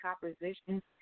composition